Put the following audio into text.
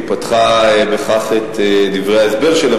היא פתחה בכך את דברי ההסבר שלה.